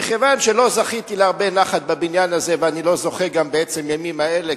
מכיוון שלא זכיתי להרבה נחת בבניין הזה ואני לא זוכה גם בעצם ימים אלה,